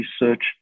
research